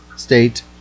state